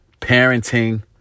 parenting